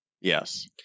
Yes